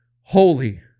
holy